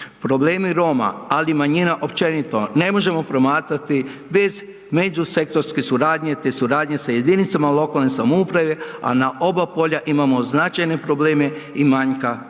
Problemi Roma, ali i manjina općenito ne možemo promatrati bez međusektorske suradnje, te suradnje sa jedinicama lokalne samouprave, a na oba polja imamo značajne probleme i manjka